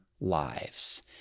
lives